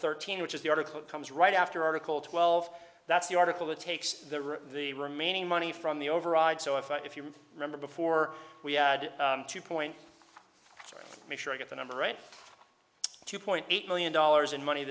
thirteen which is the article comes right after article twelve that's the article that takes the the remaining money from the override so if you remember before we had two point three make sure i get the number right two point eight million dollars in money